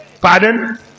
Pardon